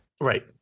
right